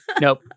nope